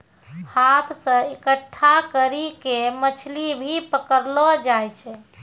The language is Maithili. हाथ से इकट्ठा करी के मछली भी पकड़लो जाय छै